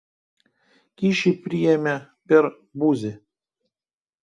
kyšį priėmė per buzį